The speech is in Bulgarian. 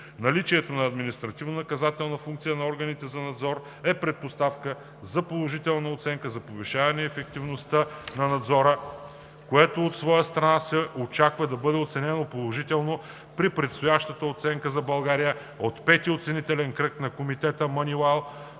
Наличието на административнонаказателна функция на органите за надзор е предпоставка за положителна оценка за повишаване на ефективността на надзора, което от своя страна се очаква да бъде оценено положително при предстоящата оценка за България от Пети оценителен кръг на Комитета